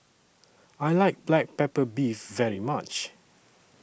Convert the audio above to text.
I like Black Pepper Beef very much